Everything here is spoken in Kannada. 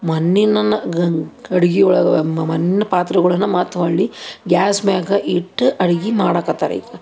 ಮಣ್ಣಿನ ಗಡಿಗೆ ಒಳಗೆ ಮಣ್ಣಿನ ಪಾತ್ರೆಗಳೇನೆ ಮತ್ತು ಹೊರಳಿ ಗ್ಯಾಸ್ ಮ್ಯಾಗ ಇಟ್ಟು ಅಡ್ಗೆ ಮಾಡಾಕತ್ತಾರ ಈಗ